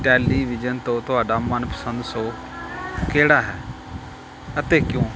television ਤੋਂ ਤੁਹਾਡਾ ਮਨਪਸੰਦ ਸੋਅ ਕਿਹੜਾ ਹੈ ਅਤੇ ਕਿਉਂ